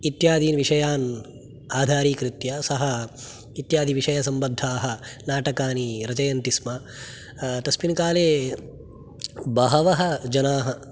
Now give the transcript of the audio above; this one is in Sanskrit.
इत्यादीन् विषयान् आधारीकृत्य सः इत्यादिविषयसम्बद्धाः नाटकानि रचयन्ति स्म तस्मिन् काले बहवः जनाः